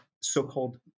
so-called